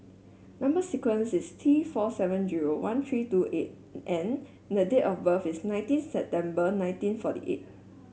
number sequence is T four seven zero one three two eight N and date of birth is nineteen September nineteen forty eight